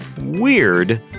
weird